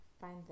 find